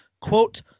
quote